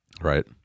Right